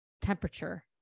temperature